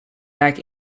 back